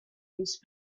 east